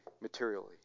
materially